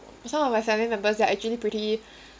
some of my family members they are actually pretty